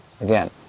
Again